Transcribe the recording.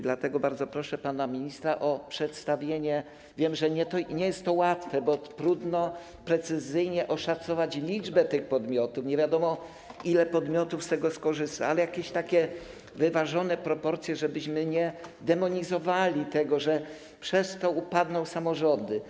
Dlatego bardzo proszę pana ministra o przedstawienie - wiem, że nie jest to łatwe, bo trudno precyzyjnie oszacować liczbę tych podmiotów, nie wiadomo tego - ile podmiotów z tego skorzysta, chodzi o jakieś takie wyważone proporcje, żebyśmy tego nie demonizowali, mówiąc, że przez to upadną samorządy.